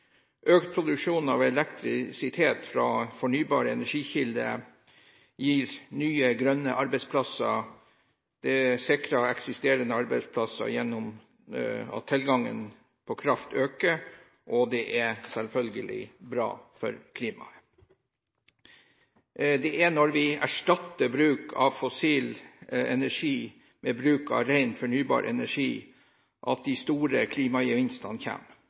Økt produksjon av elektrisitet fra fornybare energikilder gir nye grønne arbeidsplasser. Det sikrer eksisterende arbeidsplasser gjennom at tilgangen på kraft øker. Det er selvfølgelig bra for klimaet. Det er når vi erstatter bruk av fossil energi med bruk av ren fornybar energi, at de store klimagevinstene